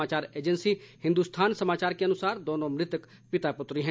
समाचार एजेंसी हिन्दुस्थान समाचार के अनुसार दोनों मृतक पिता पुत्री हैं